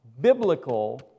biblical